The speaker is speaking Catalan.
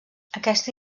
aquesta